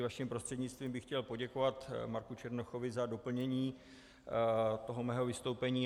Vaším prostřednictvím bych chtěl poděkovat Marku Černochovi za doplnění mého vystoupení.